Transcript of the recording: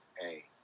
Hey